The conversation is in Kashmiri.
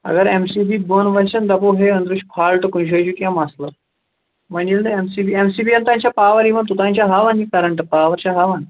اگر ایم سی بی بۅن وَسن دَپو ہے أنٛدرٕ چھُ فالٹ کُنہِ جایہِ چھُ کیٚنٛہہ مَسلہِ وۅنۍ ییٚلہِ نہٕ M C B M C B یَن تام چھا پاوَر یوان توٚتام چھا ہاوان یہِ کَرَنٹ پاوَر چھا ہاوان